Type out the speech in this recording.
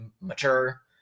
mature